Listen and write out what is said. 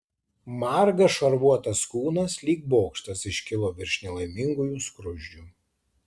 margas šarvuotas kūnas lyg bokštas iškilo virš nelaimingųjų skruzdžių